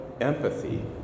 empathy